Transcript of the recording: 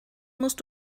musst